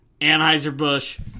Anheuser-Busch